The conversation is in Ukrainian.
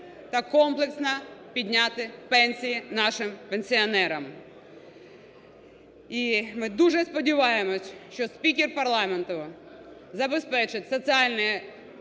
та комплексно підняти пенсії нашим пенсіонерам. І ми дуже сподіваємося, що спікер парламенту забезпечить соціальні гарантії